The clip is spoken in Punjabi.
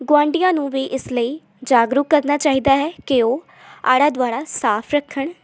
ਗੁਆਂਢੀਆਂ ਨੂੰ ਵੀ ਇਸ ਲਈ ਜਾਗਰੂਕ ਕਰਨਾ ਚਾਹੀਦਾ ਹੈ ਕਿ ਉਹ ਆਲਾ ਦੁਆਲਾ ਸਾਫ ਰੱਖਣ